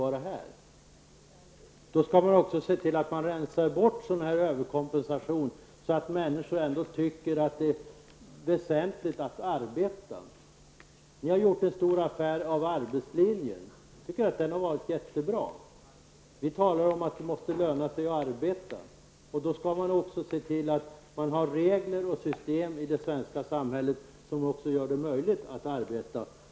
Jag är dessutom väldigt förvånad över att socialministern inte tycker att detta är en så stor omläggning. Jag tycker hon borde vara här och delta i debatten. Ni har gjort en stor affär av arbetslinjen. Jag tycker att den har varit mycket bra. Vi talar om att det måste löna sig att arbeta. Man skall då också se till att man i det svenska samhället har regler och system som gör det möjligt att arbeta.